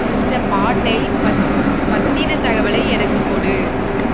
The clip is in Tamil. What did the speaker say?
இந்தப் பாட்டை பத் பற்றின தகவலை எனக்குக் கொடு